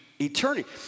eternity